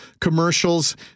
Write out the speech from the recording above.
commercials